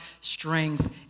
strength